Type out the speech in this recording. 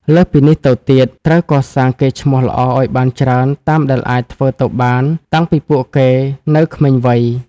លើសពីនេះទៅទៀត ត្រូវកសាងកេរ្ដិ៍ឈ្មោះល្អឱ្យបានច្រើនតាមដែលអាចធ្វើទៅបានតាំងពីពួកគេនៅក្មេងវ័យ។